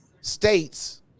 states